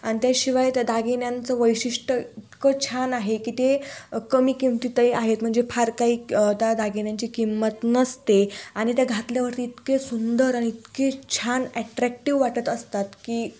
आणि त्याशिवाय त्या दागिन्यांचं वैशिष्ट्य इतकं छान आहे की ते कमी किंमतीतही आहेत म्हणजे फार काही त्या दागिन्यांची किंमत नसते आणि त्या घातल्यावरती इतके सुंदर आणि इतके छान ॲट्रॅक्टिव्ह वाटत असतात की